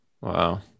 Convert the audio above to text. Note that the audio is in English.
wow